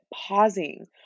pausing